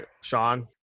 Sean